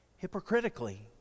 hypocritically